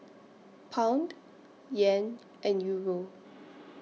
Pound Yen and Euro